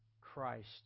Christ